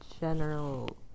general